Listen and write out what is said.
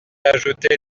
ajouté